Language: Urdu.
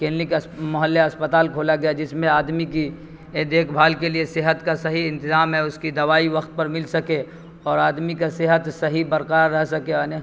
کلینک اس محلے اسپتال کھولا گیا جس میں آدمی کی دیکھ بھال کے لیے صحت کا صحیح انتظام ہے اس کی دوائی وقت پر مل سکے اور آدمی کا صحت صحیح برقار رہ سکے